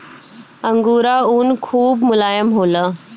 angora ऊन खूब मोलायम होला